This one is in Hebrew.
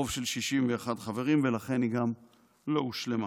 רוב של 61 חברים, ולכן היא גם לא הושלמה.